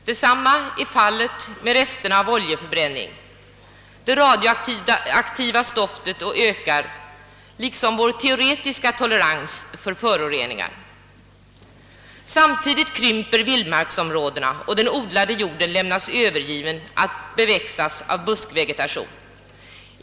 Detsamma är fallet med resterna av oljeförbränningen. Det radioaktiva stoftet ökar liksom vår teoretiska tolerans för föroreningar. Samtidigt krymper vildmarksområdena, och den odlade jorden lämnas övergiven att beväxas av buskvegetation.